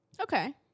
Okay